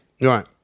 Right